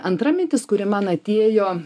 antra mintis kuri man atėjo